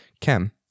Cam